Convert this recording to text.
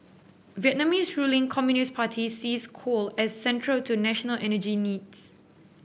Vietnam's ruling Communist Party sees coal as central to national energy needs